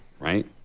right